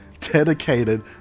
dedicated